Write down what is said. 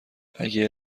اگه